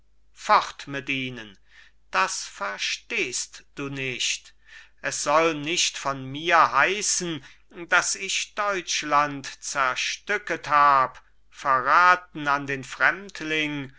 fort mit ihnen das verstehst du nicht es soll nicht von mir heißen daß ich deutschland zerstücket hab verraten an den fremdling